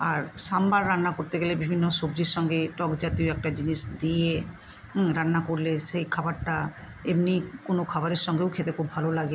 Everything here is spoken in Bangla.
আর সাম্বার রান্না করতে গেলে বিভিন্ন সবজির সঙ্গে টকজাতীয় একটা জিনিস দিয়ে রান্না করলে সেই খাবারটা এমনি কোনো খাবারের সঙ্গেও খেতে খুব ভালো লাগে